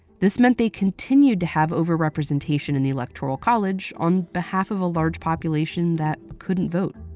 this meant they continued to have overrepresentation in the electoral college on behalf of a large population that couldn't vote.